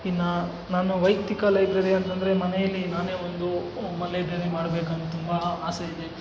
ಇನ್ನು ನಾನು ವೈಯಕ್ತಿಕ ಲೈಬ್ರೆರಿ ಅಂತಂದರೆ ಮನೆಯಲ್ಲಿ ನಾನೇ ಒಂದೂ ಲೈಬ್ರೆರಿ ಮಾಡಬೇಕಂತ ತುಂಬ ಆಸೆ ಇದೆ